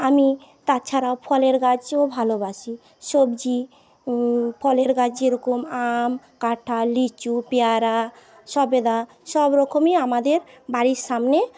আমি তাছাড়াও ফলের গাছও ভালোবাসি সবজি ফলের গাছ যেরকম আম কাঁঠাল লিচু পেয়ারা সবেদা সবরকমই আমাদের বাড়ির সামনে